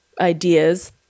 ideas